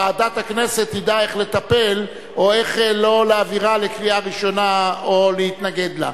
ועדת הכנסת תדע איך לטפל או איך לא להעבירה לקריאה ראשונה או להתנגד לה.